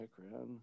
background